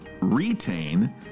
Retain